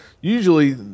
usually